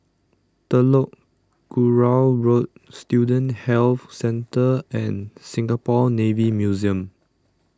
Telok Kurau Road Student Health Centre and Singapore Navy Museum